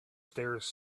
stairs